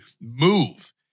move